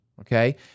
okay